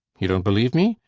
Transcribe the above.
you don't believe me?